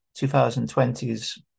2020s